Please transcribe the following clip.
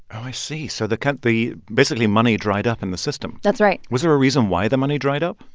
i see. so the kind of the basically, money dried up in the system that's right was there a reason why the money dried up?